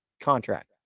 contract